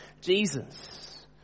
Jesus